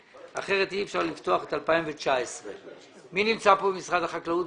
אחרת אי אפשר לפתוח את 2019. מי נמצא כאן ממשרד החקלאות?